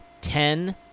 ten